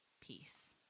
peace